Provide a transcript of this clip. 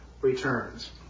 returns